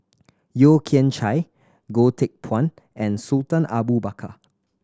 Yeo Kian Chye Goh Teck Phuan and Sultan Abu Bakar